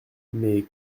mais